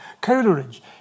Coleridge